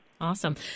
Awesome